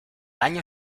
año